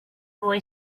boy